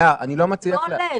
זה לא הולך.